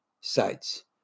sites